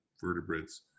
vertebrates